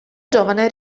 giovane